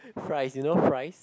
fries fries you know fries